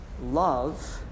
love